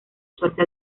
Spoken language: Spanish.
suerte